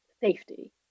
safety